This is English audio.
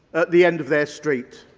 the end of their street.